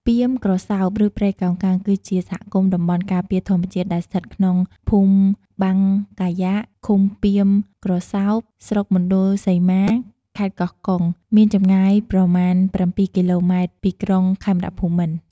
ពាមក្រសោប ឬ ព្រៃកោងកាង គឺជាសហគមន៍តំបន់ការពារធម្មជាតិ ដែលស្ថិតក្នុងភូមិបាងកាយ៉ាក ឃុំពាមក្រសោប ស្រុកមណ្ឌលសីមា ខេត្តកោះកុង មានចម្ងាយប្រមាណ៧គីឡូម៉ែត្រ ពីក្រុង ខេមរភូមិន្ទ។